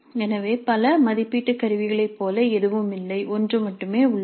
எனவே பல மதிப்பீட்டு கருவிகளைப் போல எதுவும் இல்லை ஒன்று மட்டுமே உள்ளது